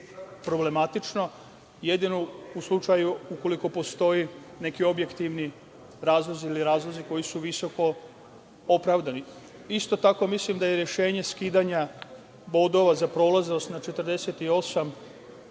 problematično, jedino u slučaju ukoliko postoji neki objektivni razlozi ili razlozi koji su visoko opravdani. Isto tako mislim da je rešenje skidanja bodova za prolaznost na 48,